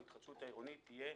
ההתחדשות העירונית תהיה